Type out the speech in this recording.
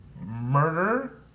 murder